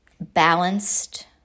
balanced